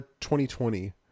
2020